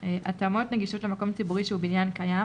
(התאמות נגישות למקום ציבורי שהוא בניין קיים),